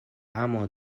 amo